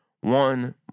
One